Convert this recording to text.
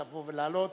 לבוא ולעלות